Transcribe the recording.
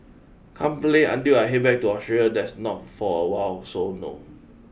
can't play until I head back to Australia that's not for awhile so no